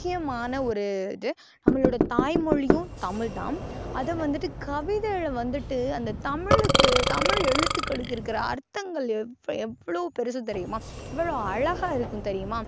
முக்கியமான ஒரு இது நம்மளோட தாய்மொழியும் தமிழ்தான் அதை வந்துட்டு கவிதையில் வந்துட்டு அந்த தமிழுக்கு தமிழ் எழுத்துக்களுக்கு இருக்கிற அர்த்தங்கள் எவ்வ எவ்வளோ பெருசு தெரியுமா எவ்வளோ அழகாக இருக்கும் தெரியுமா